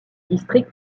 district